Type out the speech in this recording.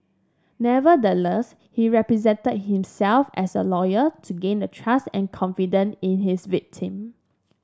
nevertheless he represented himself as a lawyer to gain the trust and confidence in his victim